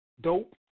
dope